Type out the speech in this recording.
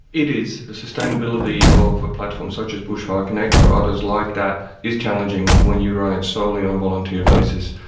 it is, the sustainability of a platform such as bushfire connect or others like that is challenging when you run it solely on a volunteer basis.